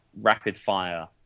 rapid-fire